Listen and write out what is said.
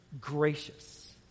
gracious